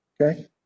Okay